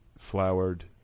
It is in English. Flowered